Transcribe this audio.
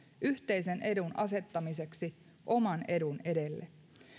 yhteisen edun asettamiseksi oman edun edelle